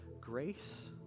grace